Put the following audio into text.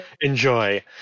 enjoy